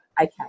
okay